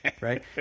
right